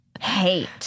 hate